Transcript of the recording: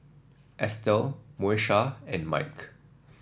Estell Moesha and Mike